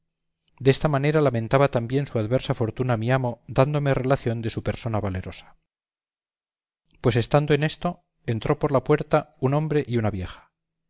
halle desta manera lamentaba también su adversa fortuna mi amo dándome relación de su persona valerosa pues estando en esto entró por la puerta un hombre y una vieja